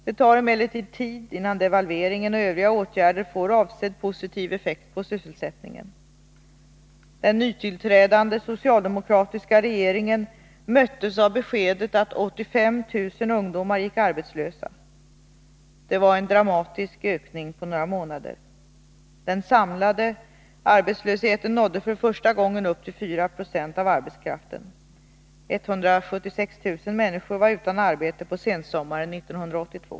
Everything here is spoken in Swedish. Det tar emellertid tid, innan devalveringen och övriga åtgärder får avsedd positiv effekt på sysselsättningen. Den nytillträdande socialdemokratiska regeringen möttes av beskedet att 85 000 ungdomar gick arbetslösa. Det var en dramatisk ökning på några månader. Den samlade arbetslösheten nådde för första gången upp till 4 Jo av arbetskraften. 176 000 människor var utan arbete på sensommaren 1982.